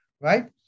Right